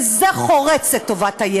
בקריאה טרומית.